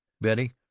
Betty